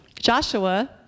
Joshua